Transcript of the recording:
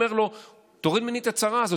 אומר לו: תוריד ממני את הצרה הזאת,